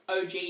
OG